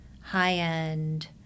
high-end